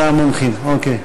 בתא המומחים, אוקיי.